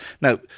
Now